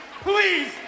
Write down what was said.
please